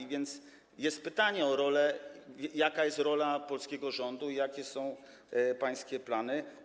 A więc jest pytanie o rolę, o to, jaka jest rola polskiego rządu i jakie są pańskie plany.